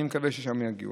אני מקווה ששם יגיעו.